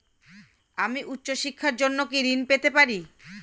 আমি উচ্চশিক্ষার জন্য কি ঋণ পেতে পারি?